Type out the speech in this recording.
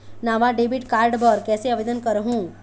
नावा debit card बर कैसे आवेदन करहूं?